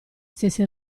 stessi